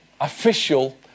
official